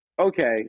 Okay